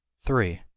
three.